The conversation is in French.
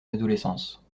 adolescence